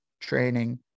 training